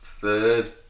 third